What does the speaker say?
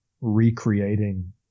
recreating